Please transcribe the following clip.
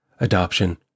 adoption